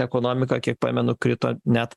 ekonomika kiek pamenu krito net